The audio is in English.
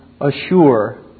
assure